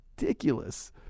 ridiculous